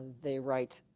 they write